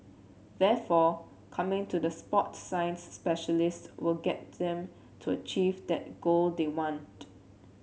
therefore coming to the sport science specialists will get them to achieve that goal they want